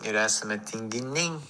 ir esame tinginiai